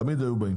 תמיד הם היו באים.